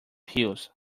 heels